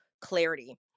clarity